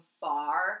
far